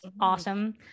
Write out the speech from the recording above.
awesome